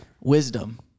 Wisdom